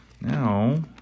now